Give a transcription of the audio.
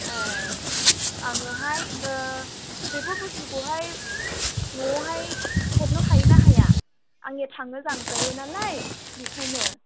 ए आंनोहाय बेफोर बुस्थुखौहाय न'आवहाय हरनो हायो ना हाया आंनिया थांनो जानद्रायो नालाय बेखायनो